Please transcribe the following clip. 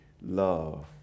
love